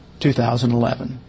2011